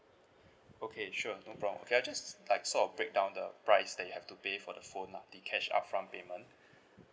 okay sure no problem K I'll just like sort of break down the price that you have to pay for the phone lah the cash upfront payment